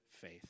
faith